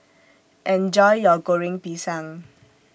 Enjoy your Goreng Pisang